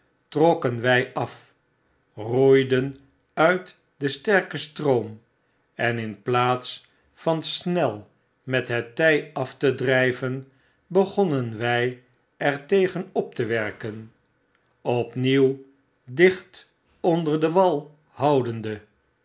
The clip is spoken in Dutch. trokken wij af roeiden uit den sterken stroom en in plaats van snel met het ty af te dryven begonnen wy er tegen op te werken opnieuw dicht onder den wal houdende